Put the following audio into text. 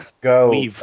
go